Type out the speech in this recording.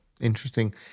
Interesting